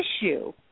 issue